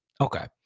Okay